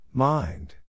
Mind